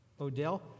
Odell